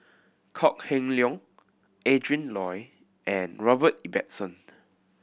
Kok Heng Leun Adrin Loi and Robert Ibbetson